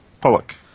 pollock